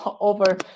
over